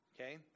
Okay